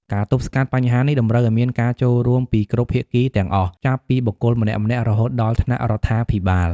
ការទប់ស្កាត់បញ្ហានេះតម្រូវឲ្យមានការចូលរួមពីគ្រប់ភាគីទាំងអស់ ចាប់ពីបុគ្គលម្នាក់ៗរហូតដល់ថ្នាក់រដ្ឋាភិបាល។